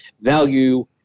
value